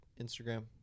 Instagram